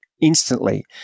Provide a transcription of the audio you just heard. instantly